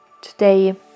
today